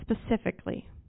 specifically